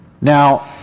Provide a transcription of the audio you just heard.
Now